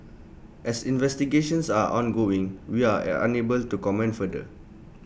as investigations are ongoing we are are unable to comment further